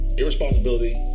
irresponsibility